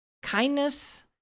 Kindness